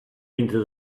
into